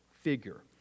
figure